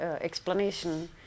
explanation